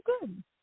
good